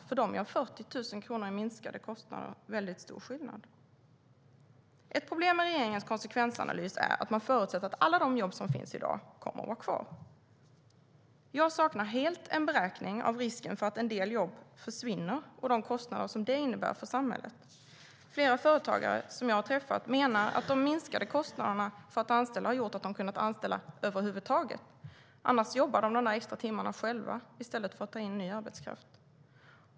För dem gör 40 000 kronor i minskade kostnader väldigt stor skillnad. Ett problem med regeringens konsekvensanalys är att man förutsätter att alla de jobb som finns i dag kommer att vara kvar. Jag saknar helt en beräkning av risken för att en del jobb försvinner samt de kostnader som det innebär för samhället. Flera företagare som jag har träffat menar att de minskade kostnaderna för att anställa har gjort att de kunnat anställa över huvud taget. Annars skulle de jobba dessa extra timmar själva i stället för att ta in ny arbetskraft.